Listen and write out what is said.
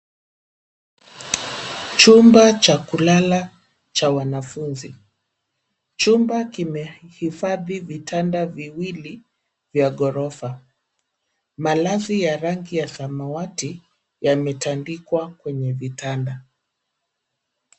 Chumba cha kulala cha wanafunzi. Chumba kimehifathi vitanda viwili vya gorofa . Malazi ya rangi ya samawati yametandiwa kwenye vitanda.